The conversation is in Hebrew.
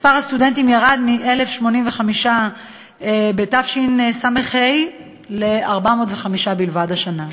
מספר הסטודנטים ירד מ-1,085 בתשס"ה ל-405 בלבד השנה.